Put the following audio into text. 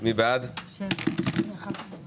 אם הוא לא יודע,